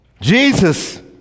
Jesus